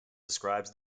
describes